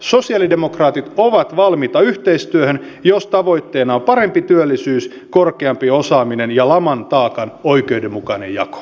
sosialidemokraatit ovat valmiita yhteistyöhön jos tavoitteena on parempi työllisyys korkeampi osaaminen ja laman taakan oikeudenmukainen jako